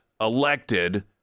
elected